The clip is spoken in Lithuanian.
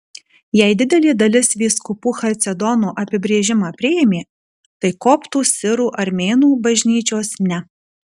jei didelė dalis vyskupų chalcedono apibrėžimą priėmė tai koptų sirų armėnų bažnyčios ne